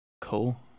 Cool